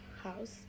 house